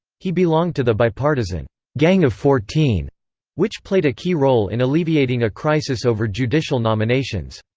he belonged to the bipartisan gang of fourteen which played a key role in alleviating a crisis over judicial nominations.